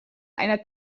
einer